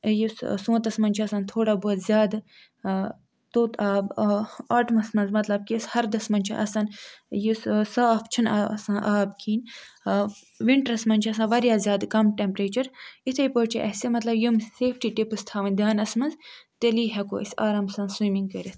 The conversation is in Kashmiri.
یُس سونتَس مَنٛز چھُ آسان تھوڑا بہت زیادٕ توٚت آب آٹمس منٛز مَطلَب کہِ یُس ہَردَس مَنٛز چھُ آسان یُس صاف چھُ نہٕ آسان آب کِہیٖنٛۍ ونٹرس مَنٛز چھُ آسان واریاہ زیادٕ کم ٹیٚمپریچَر یِتھٕے پٲٹھۍ چھِ اَسہِ مطلب یِم سیفٹی ٹِپس تھاوٕنۍ دھیٛانس مَنٛز تیٚلی ہیٚکو أسۍ آرام سان سوِیمِنٛگ کٔرِتھ